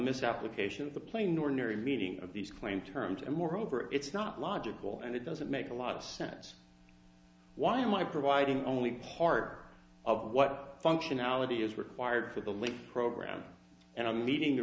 misapplication of the plain ordinary meaning of these claim terms and moreover it's not logical and it doesn't make a lot of sense why am i providing only part of what functionality is required for the link program and i'm meeting the